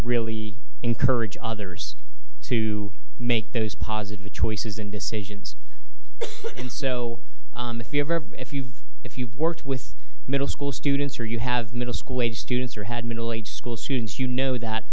really encourage others to make those positive choices and decisions and so if you've if you've worked with middle school students or you have middle school students or had middle aged school students you know that